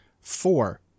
Four